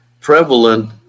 prevalent